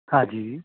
ਹਾਂਜੀ